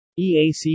EAC